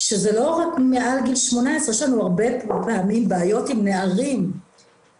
שזה לא רק מעל גיל 18. יש לנו הרבה פעמים בעיות עם נערים שמסכנים